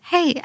Hey